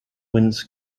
winds